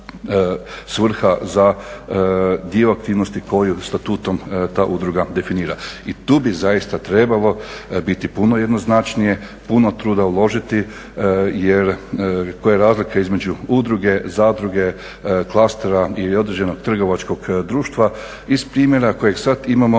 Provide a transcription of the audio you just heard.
svrha za dio aktivnosti koju statutom ta udruga definira. I tu bi zaista trebalo biti puno jednoznačnije, puno truda uložiti jer koja je razlika između udruge, zadruge, klastera ili određenog trgovačkog društva? Iz primjera kojeg sad imamo